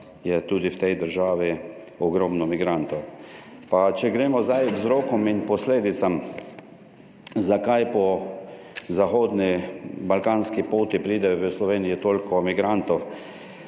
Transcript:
je tudi v tej državi ogromno migrantov. Pa če gremo zdaj k vzrokom in posledicam. Zakaj po zahodni balkanski poti pride v Sloveniji toliko migrantov?